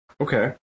Okay